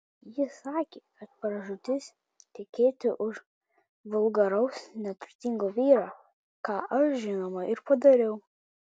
ji sakė kad pražūtis tekėti už vulgaraus neturtingo vyro ką aš žinoma ir padariau